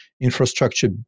infrastructure